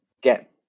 get